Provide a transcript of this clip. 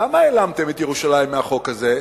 למה העלמתם את ירושלים מהחוק הזה?